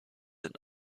and